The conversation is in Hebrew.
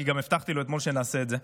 כי גם הבטחתי לו אתמול שנעשה את זה.